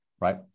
right